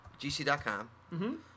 GC.com